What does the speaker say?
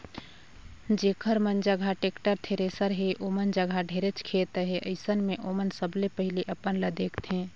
जेखर मन जघा टेक्टर, थेरेसर हे ओमन जघा ढेरेच खेत अहे, अइसन मे ओमन सबले पहिले अपन ल देखथें